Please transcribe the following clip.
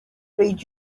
read